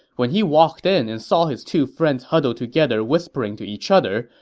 when he walked in and saw his two friends huddled together whispering to each other,